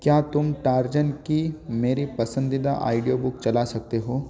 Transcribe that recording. क्या तुम टार्जन की मेरी पसंदीदा ऑडियो बुक चला सकते हो